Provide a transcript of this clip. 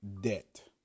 debt